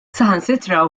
saħansitra